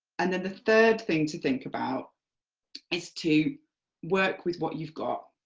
and then the third thing to think about is to work with what you've got,